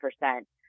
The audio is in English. percent